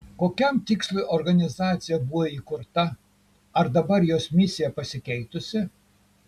kokiam tikslui organizacija buvo įkurta ar dabar jos misija pasikeitusi